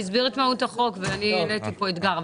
הוא הסביר את מהות החוק ואני העליתי פה אתגר,